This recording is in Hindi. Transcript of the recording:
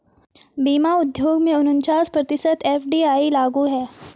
बीमा उद्योग में उनचास प्रतिशत एफ.डी.आई लागू है